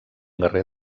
guerrer